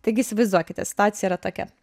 taigi įsivaizduokite situacija yra tokia